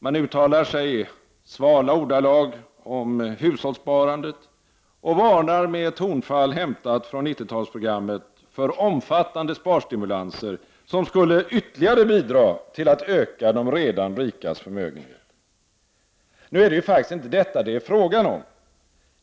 Man uttalar sig i svala ordalag om hushållssparandet och varnar med ett tonfall hämtat från 90-talsprogrammet för omfattande sparstimulanser, som skulle ytterligare bidra till att öka de redan rikas förmögenheter. Nu är det ju faktiskt inte detta det är frågan om.